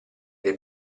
dei